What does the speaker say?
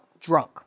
drunk